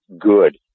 good